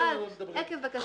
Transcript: עקב --- הבנתי,